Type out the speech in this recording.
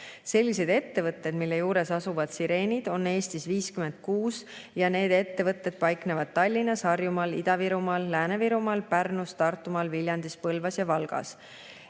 Selliseid ettevõtteid, mille juures asuvad sireenid, on Eestis 56. Need ettevõtted paiknevad Tallinnas, Harjumaal, Ida-Virumaal, Lääne-Virumaal, Pärnus, Tartumaal, Viljandis, Põlvas ja Valgas.